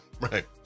right